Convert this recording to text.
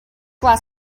glass